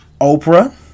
Oprah